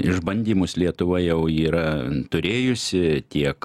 išbandymus lietuva jau yra turėjusi tiek